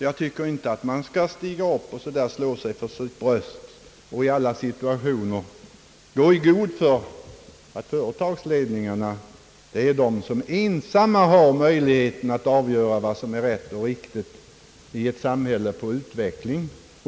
Jag tycker inte att man skall stiga upp och slå sig för sitt bröst och i alla situationer gå i god för att företagsledningarna ensamma har möjlighet att avgöra vad som är rätt och riktigt i ett samhälle i utveckling.